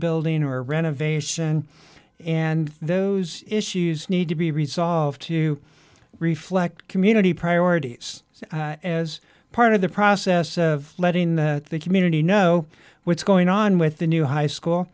building or renovation and those issues need to be resolved to reflect community priorities so as part of the process of letting the community know what's going on with the new high school